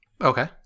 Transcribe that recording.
Okay